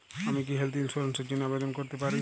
আমি কি health insurance র জন্য আবেদন করতে পারি?